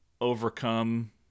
Overcome